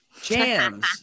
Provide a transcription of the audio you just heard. jams